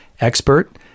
expert